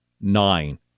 Nine